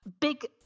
big